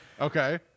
okay